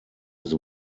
his